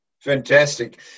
Fantastic